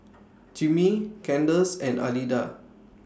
Jimmie Candace and Alida